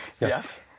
Yes